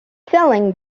selling